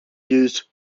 used